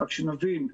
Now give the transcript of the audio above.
רק שנבין,